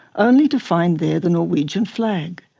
only to find there the norwegian flag.